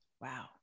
Wow